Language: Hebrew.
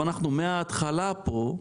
אחד מוסדר תחת הכותרת אוטובוס,